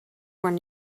when